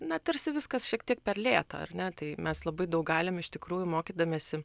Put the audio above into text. na tarsi viskas šiek tiek per lėta ar ne tai mes labai daug galim iš tikrųjų mokydamiesi